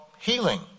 healing